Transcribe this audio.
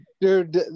dude